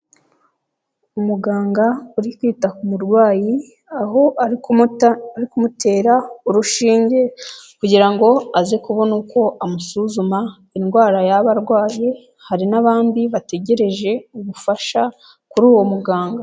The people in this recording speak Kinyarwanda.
Umuganga uri kwita ku murwayi, aho ari kumutera urushinge kugira ngo aze kubona uko amusuzuma indwara y'abarwaye, hari n'abandi bategereje ubufasha kuri uwo muganga.